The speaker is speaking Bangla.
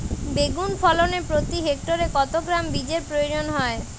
বেগুন ফলনে প্রতি হেক্টরে কত গ্রাম বীজের প্রয়োজন হয়?